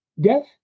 Death